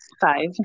five